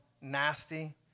nasty